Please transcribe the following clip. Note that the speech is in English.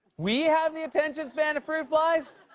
we have the attention span of fruit flies?